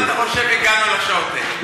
אבל למה אתה חושב שהגענו לשעות האלה?